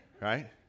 right